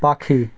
পাখি